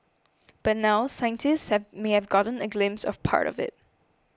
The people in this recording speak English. but now scientists may have gotten a glimpse of part of it